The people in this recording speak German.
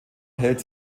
hält